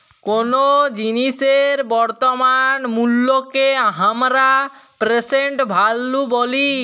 কোলো জিলিসের বর্তমান মুল্লকে হামরা প্রেসেন্ট ভ্যালু ব্যলি